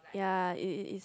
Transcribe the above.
ya it it is